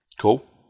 Cool